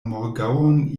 morgaŭon